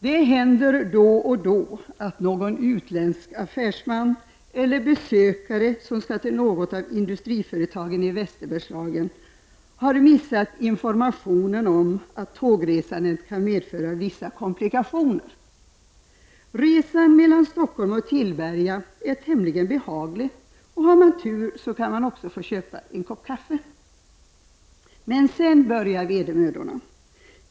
Det händer då och då att någon utländsk affärsman eller besökare, som skall till något av industriföretagen i Västerbergslagen, har missat informationen om att tågresandet kan medföra vissa komplikationer. Resan mellan Stockholm och Tillberga är tämligen behaglig, och har man tur går det också att få köpa en kopp kaffe. Men sen börjar vedermödorna.